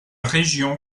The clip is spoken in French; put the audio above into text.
région